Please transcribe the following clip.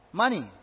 money